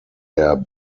der